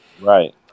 right